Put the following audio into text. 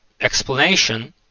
explanation